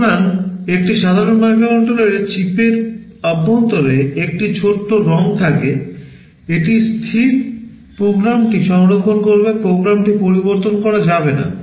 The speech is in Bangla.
সুতরাং একটি সাধারণ মাইক্রোকন্ট্রোলারে চিপের অভ্যন্তরে একটি ছোট্ট ROM থাকে এটি স্থির প্রোগ্রামটি সংরক্ষণ করবে প্রোগ্রামটি পরিবর্তন করা যাবে না